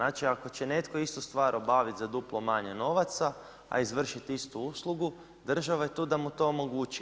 Ako će netko istu stvar obavit za duplo manje novaca, a izvršit istu uslugu, država je tu da mu to omogući.